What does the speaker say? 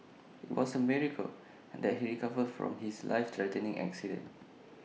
IT was A miracle that he recovered from his life threatening accident